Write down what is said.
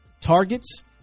targets